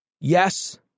Yes